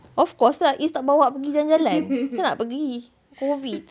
of course lah izz tak bawa pergi jalan-jalan macam mana nak pergi COVID